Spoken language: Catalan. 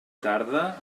tarda